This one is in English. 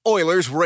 Oilers